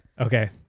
Okay